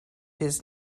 his